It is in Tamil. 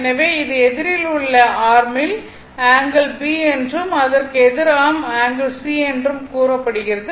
எனவே இது எதிரில் உள்ள ஆர்மில் ஆங்கிள் B என்றும் அதற்கு எதிர் ஆர்ம் ஆங்கிள் C என்றும் கூறப்படுகிறது